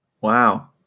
Wow